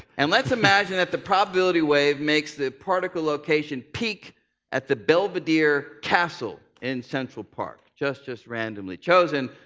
and let's imagine that the probability wave makes the particle location peak at the belvedere castle in central park, just just randomly chosen.